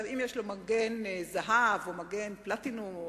אם יש לו "מגן זהב" או "מגן פלטינום",